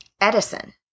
Edison